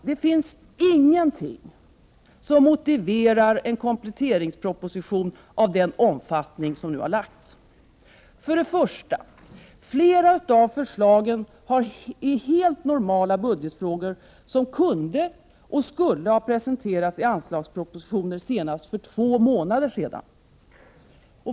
Det finns ingenting som motiverar en kompletteringsproposition av den omfattning som nu har lagts på riksdagens bord. För det första är flera av förslagen helt normala budgetfrågor, som kunde och skulle ha presenterats i anslagspropositioner senast för två månader sedan.